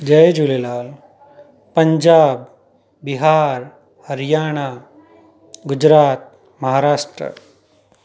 Jay Jhulelal Punjab Bihar Haryana Gujarat Maharashtra